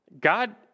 God